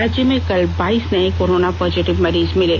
राज्य में कल बाइस नए कोरोना पॉजिटिव मरीज मिले